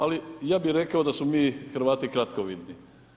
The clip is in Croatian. Ali ja bih rekao da smo mi Hrvati kratkovidni.